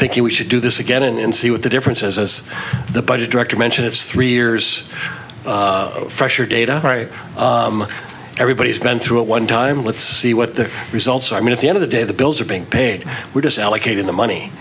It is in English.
thinking we should do this again and see what the differences as the budget director mention it's three years fresher data right everybody's been through it one time let's see what their results i mean at the end of the day the bills are being paid we just allocated the money